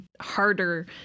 harder